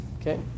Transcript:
Okay